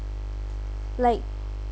like